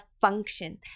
function